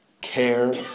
care